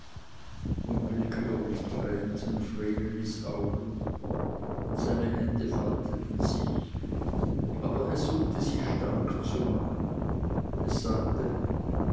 unwillkürlich tränten vrenelis augen und seine hände falteten sich aber es suchte sich stark zu machen es sagte